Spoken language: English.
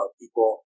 people